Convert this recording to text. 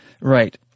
Right